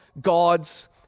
God's